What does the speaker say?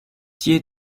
tie